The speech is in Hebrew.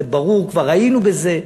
זה ברור, כבר היינו בזה.